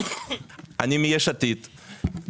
לימודי ליבה